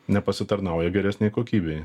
nepasitarnauja geresnei kokybei